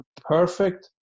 perfect